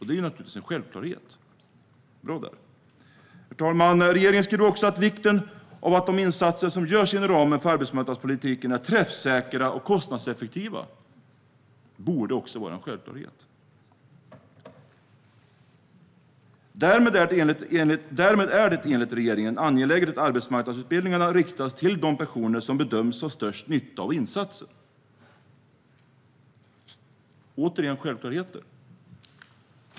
Det är naturligtvis en självklarhet - bra där! Herr talman! Regeringen skriver också om vikten av att de insatser som görs inom ramen för arbetsmarknadspolitiken är träffsäkra och kostnadseffektiva. Det borde också vara en självklarhet. Därmed är det enligt regeringen angeläget att arbetsmarknadsutbildningarna riktas till de personer som bedöms ha störst nytta av insatsen - återigen självklarheter.